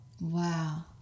Wow